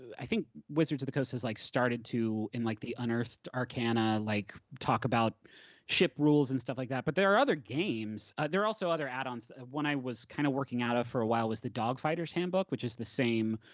i think wizards of the coast has like started to in like the unearthed arcana like talk about ship rules and stuff like that. but there are other games. there are also other add-ons. one i was kind of working out of for a while was the dog fighter's handbook, which is the same,